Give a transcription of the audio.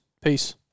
peace